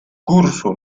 curso